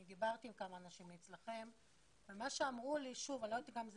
דיברתי עם כמה אנשים אצלכם ואמרו לי אני לא יודעת אם זה